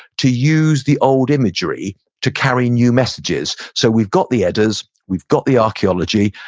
to use the old imagery to carry new messages. so, we've got the eddas, we've got the archeology.